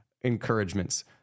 encouragements